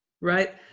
right